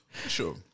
Sure